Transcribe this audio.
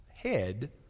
Head